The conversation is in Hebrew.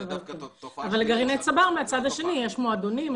זו דווקא תופעה --- אבל מצד שני יש מועדונים,